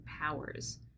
powers